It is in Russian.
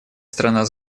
страна